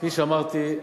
כפי שאמרתי,